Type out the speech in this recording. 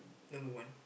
number one